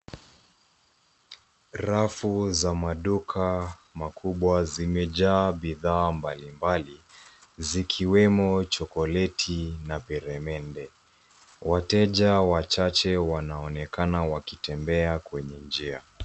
Rafu za maduka makubwa zimejaa bidhaa mbalimbali zikiwemo chokoleti na peremende. Wateja wachache wanaonekana wakitembea kwenye njia.